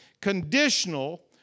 conditional